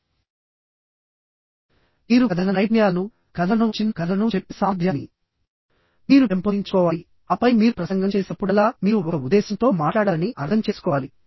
మీరు కథన నైపుణ్యాలను కూడా పెంపొందించుకోవాలికథలను చిన్న కథలను చెప్పే సామర్థ్యాన్ని మీరు పెంపొందించుకోవాలిఆపై మీరు ప్రసంగం చేసినప్పుడల్లా మీరు ఒక ఉద్దేశ్యంతో మాట్లాడాలని అర్థం చేసుకోవాలి